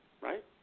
Right